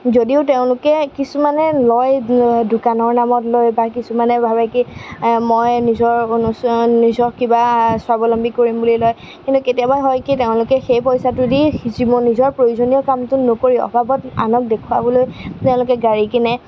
যদিও তেওঁলোকে কিছুমানে লয় দোকানৰ নামত লয় বা কিছুমানে ভাৱে কি মই নিজৰ নিজৰ কিবা স্বাৱলম্বী কৰিম বুলি লয় কিন্তু কেতিয়াবা হয় কি তেওঁলোকে সেই পইচাটো দি যিবোৰ নিজৰ প্ৰয়োজনীয় কামটো নকৰি অবাবত আনক দেখুৱাবলৈ তেওঁলোকে গাড়ী কিনে